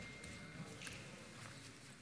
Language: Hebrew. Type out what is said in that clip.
בבקשה.